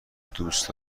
دوست